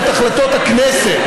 אני רוצה להזכיר כמובן את חברת הכנסת